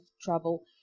trouble